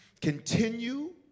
continue